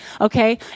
okay